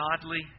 godly